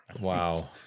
Wow